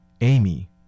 Amy